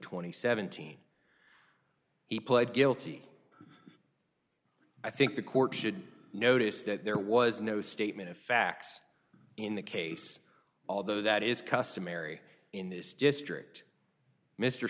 and seventeen he pled guilty i think the court should notice that there was no statement of facts in the case although that is customary in this district mr